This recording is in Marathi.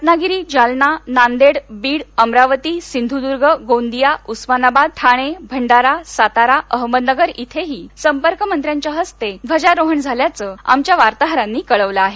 रत्नागिरी जालनानांदेड बीड अमरावती सिंधुदुर्ग गोंदिया उस्मानाबाद ठाणे भंडारा सातारा अहमदनगर इथेही संपर्कमंत्र्यांच्या हस्ते ध्वजारोहण झाल्याचं आमच्या वार्ताहरांनी कळवलं आहे